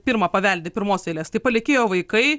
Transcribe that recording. pirma paveldi pirmos eilės tai palikėjo vaikai